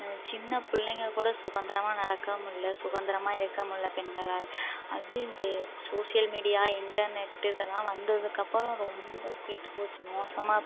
சின்னப் பிள்ளைங்க கூட சுதந்திரமா நடக்க முடில சுதந்திரமா இருக்கமுடில பெண்களால் அது இந்த சோசியல் மீடியா இன்டர்நெட்டு இதெல்லாம் வந்ததுக்கப்புறம் ரொம்ப கெட்டுப்போச்சு மோசமாக